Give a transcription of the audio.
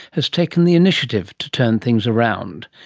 has taken the initiative to turn things around.